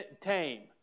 tame